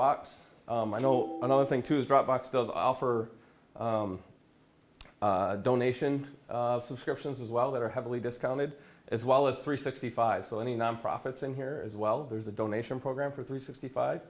x i know another thing too is dropbox does offer donation subscriptions as well that are heavily discounted as well as three sixty five so many nonprofits in here as well there's a donation program for three sixty five